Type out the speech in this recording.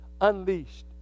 unleashed